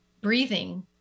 breathing